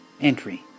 Entry